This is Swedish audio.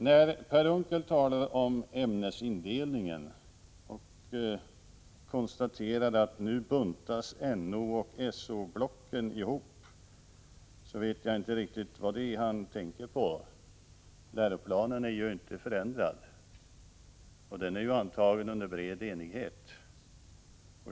När Per Unckel talar om ämnesindelningen och konstaterar att nu buntas NO och SO-blocken ihop vet jag inte riktigt vad det är han tänker på. Läroplanen är ju inte förändrad, och den är antagen under bred enighet.